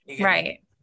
Right